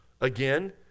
again